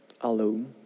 alone